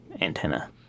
antenna